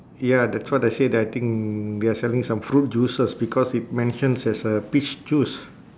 ya that's what I said I think they're selling some fruit juices because it mentions there's a peach juice